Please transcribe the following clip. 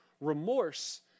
Remorse